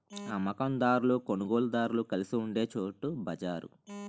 అమ్మ కందారులు కొనుగోలుదారులు కలిసి ఉండే చోటు బజారు